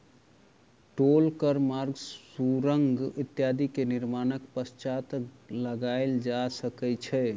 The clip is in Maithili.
टोल कर मार्ग, सुरंग इत्यादि के निर्माणक पश्चात लगायल जा सकै छै